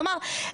כלומר,